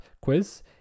quiz